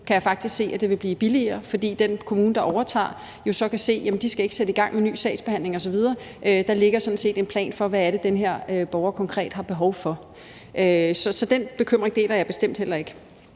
kan jeg faktisk se, at det vil blive billigere, fordi den kommune, der overtager, jo så kan se, at de ikke skal sætte ny sagsbehandling i gang osv., fordi der sådan set ligger en plan for, hvad den pågældende borger konkret har behov for. Så den bekymring deler jeg bestemt ikke.